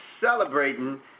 celebrating